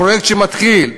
הפרויקט שמתחיל,